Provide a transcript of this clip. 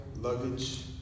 luggage